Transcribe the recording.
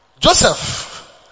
Joseph